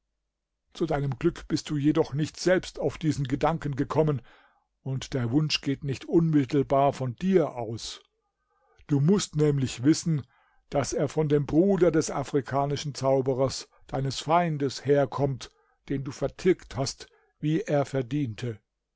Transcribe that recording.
zu deinem glück bist du jedoch nicht selbst auf diesen gedanken gekommen und er wunsch geht nicht unmittelbar von dir aus du mußt nämlich wissen daß er von dem bruder des afrikanischen zauberers deines feindes herkommt den du vertilgt hast wie er verdiente